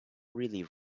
really